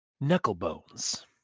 Knucklebones